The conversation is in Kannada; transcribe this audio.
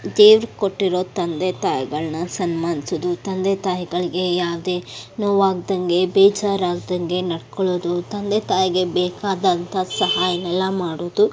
ದೇವ್ರು ಕೊಟ್ಟಿರೋ ತಂದೆ ತಾಯಿಗಳ್ನ ಸನ್ಮಾನಿಸೋದು ತಂದೆ ತಾಯಿಗಳ್ಗೆ ಯಾವುದೇ ನೋವಾಗ್ದಾಗೆ ಬೇಜಾರಾಗ್ದಾಗೆ ನಡ್ಕೊಳ್ಳೋದು ತಂದೆ ತಾಯಿಗೆ ಬೇಕಾದಂಥ ಸಹಾಯನ್ನೆಲ್ಲ ಮಾಡೋದು